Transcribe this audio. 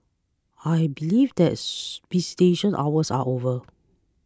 I believe that visitation hours are over